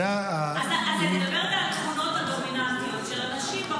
אז אני מדברת על התכונות הדומיננטיות של הנשים בפרשה.